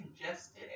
congested